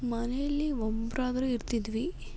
ಮನೇಲಿ ಒಬ್ಬರಾದ್ರೂ ಇರ್ತಿದ್ವಿ